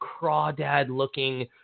crawdad-looking